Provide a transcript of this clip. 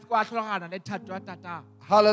Hallelujah